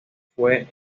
fue